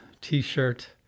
t-shirt